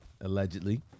Allegedly